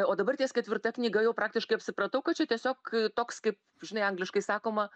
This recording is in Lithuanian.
o dabar ties ketvirta knyga jau praktiškai apsipratau kad čia tiesiog toks kaip žinai angliškai sakoma